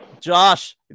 Josh